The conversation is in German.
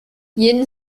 jeden